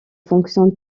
fonctionne